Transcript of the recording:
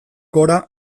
gora